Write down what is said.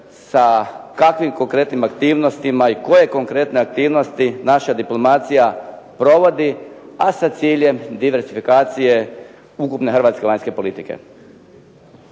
sa kakvim konkretnim aktivnostima i koje konkretne aktivnosti naša diplomacija provodi a sa ciljem diverzifikacije ukupne hrvatske vanjske politike?